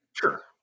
Sure